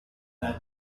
than